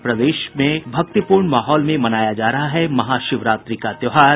और प्रदेश में भक्तिपूर्ण माहौल में मनाया जा रहा है महाशिवरात्रि का त्योहार